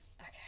Okay